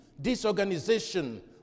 disorganization